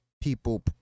people